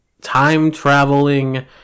time-traveling